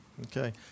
okay